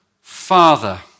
Father